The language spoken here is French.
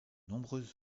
nombreuses